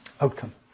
Outcome